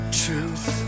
truth